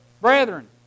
Brethren